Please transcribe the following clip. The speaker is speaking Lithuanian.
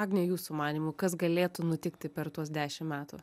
agne jūsų manymu kas galėtų nutikti per tuos dešim metų